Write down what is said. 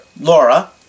Laura